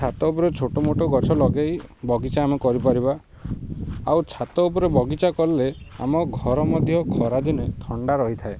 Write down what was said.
ଛାତ ଉପରେ ଛୋଟମୋଟ ଗଛ ଲଗେଇ ବଗିଚା ଆମେ କରିପାରିବା ଆଉ ଛାତ ଉପରେ ବଗିଚା କଲେ ଆମ ଘର ମଧ୍ୟ ଖରାଦିନେ ଥଣ୍ଡା ରହିଥାଏ